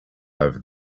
over